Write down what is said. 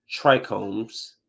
trichomes